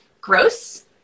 gross